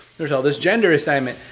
there's all this gender assignment.